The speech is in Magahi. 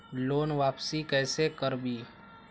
लोन वापसी कैसे करबी?